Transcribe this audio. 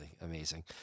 amazing